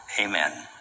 Amen